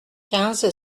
quinze